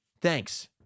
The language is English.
Thanks